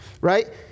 right